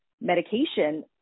medication